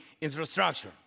infrastructure